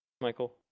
Michael